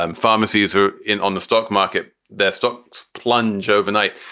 um pharmacies are in on the stock market. their stocks plunge overnight.